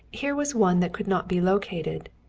here was one that could not be located,